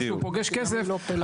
כשהוא פוגש כסף,